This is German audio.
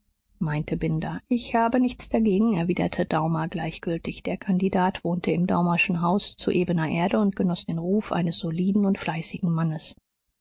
meinte binder ich habe nichts dagegen erwiderte daumer gleichgültig der kandidat wohnte im daumerschen haus zu ebener erde und genoß den ruf eines soliden und fleißigen mannes